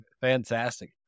fantastic